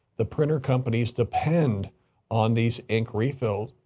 the printer companies depend on these ink refills